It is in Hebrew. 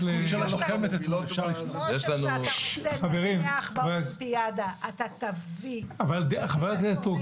כמו שכשאתה רוצה לנצח באולימפיאדה אתה תביא --- חברת הכנסת סטרוק,